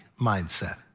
mindset